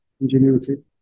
ingenuity